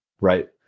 Right